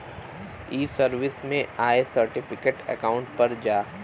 ई सर्विस में my certificate account पर जा